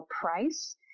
price